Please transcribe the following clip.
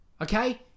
Okay